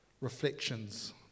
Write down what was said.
reflections